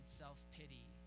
self-pity